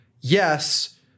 yes